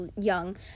young